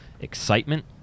excitement